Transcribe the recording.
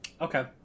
Okay